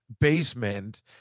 Basement